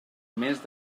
més